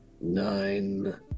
nine